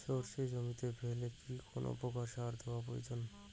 সর্ষে জমিতে ফেলে কি কোন প্রকার সার দেওয়া প্রয়োজন?